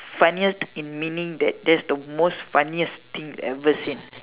funniest in meaning that it's the most funniest thing you've ever seen